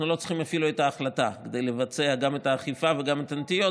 אנחנו לא צריכים אפילו את ההחלטה כדי לבצע גם את האכיפה וגם את הנטיעות.